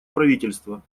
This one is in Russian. правительства